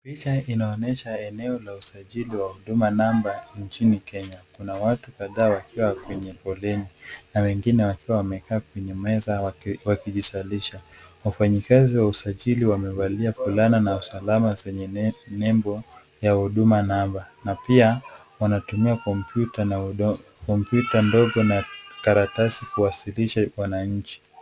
Picha inaonyesha eneo la usajili wa huduma namba nchini Kenya. Kuna watu kadhaa wakiwa kwenye foleni na wengine wakiwa wamekaa kwenye meza wakijisajilisha. Wafanyikazi wa usajili wamevalia fulana za usalama zenye nembo ya huduma namba na pia wanatumia kompyuta ndogo na karatasi kuwasilisha wananchi.